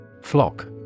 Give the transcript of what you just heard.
Flock